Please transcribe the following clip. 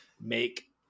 make